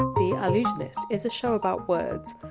the allusionist is a show about words,